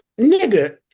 Nigga